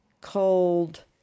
cold